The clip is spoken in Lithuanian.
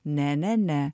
ne ne ne